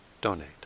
donate